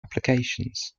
applications